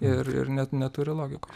ir ir net neturi logikos